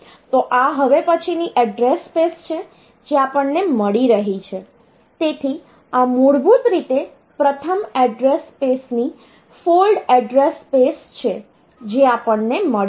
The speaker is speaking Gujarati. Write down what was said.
તો આ હવે પછીની એડ્રેસ સ્પેસ છે જે આપણને મળી રહી છે તેથી આ મૂળભૂત રીતે પ્રથમ એડ્રેસ સ્પેસની ફોલ્ડ એડ્રેસ સ્પેસ છે જે આપણને મળી છે